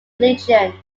religion